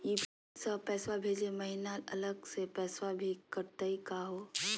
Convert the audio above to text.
UPI स पैसवा भेजै महिना अलग स पैसवा भी कटतही का हो?